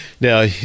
Now